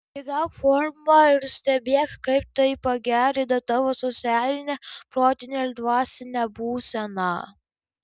įgauk formą ir stebėk kaip tai pagerina tavo socialinę protinę ir dvasinę būseną